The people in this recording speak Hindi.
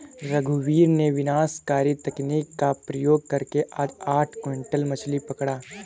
रघुवीर ने विनाशकारी तकनीक का प्रयोग करके आज आठ क्विंटल मछ्ली पकड़ा